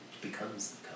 becomes